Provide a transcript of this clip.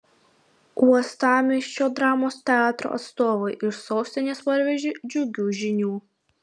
uostamiesčio dramos teatro atstovai iš sostinės parvežė džiugių žinių